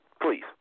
please